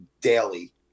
daily